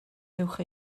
uwch